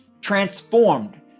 transformed